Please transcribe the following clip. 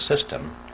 System